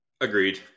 agreed